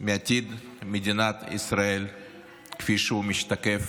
מהעתיד של מדינת ישראל כפי שהוא משתקף